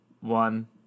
one